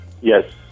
Yes